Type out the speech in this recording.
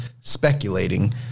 speculating